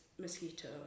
mosquito